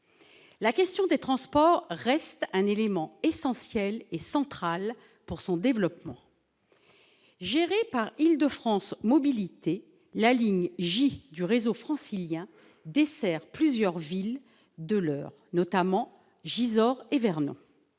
La question des transports reste un élément essentiel et central pour son développement. Gérée par Île-de-France Mobilités, la ligne J du réseau francilien dessert plusieurs villes de l'Eure, notamment Gisors et Vernon.